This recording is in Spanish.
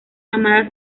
amada